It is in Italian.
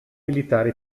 militare